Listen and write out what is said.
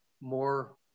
more